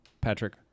Patrick